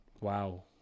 Wow